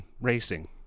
racing